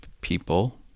people